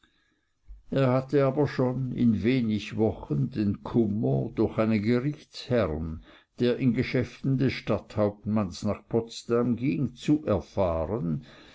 er hatte aber schon in wenig wochen den kummer durch einen gerichtsherrn der in geschäften des stadthauptmanns nach potsdam ging zu erfahren